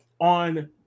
on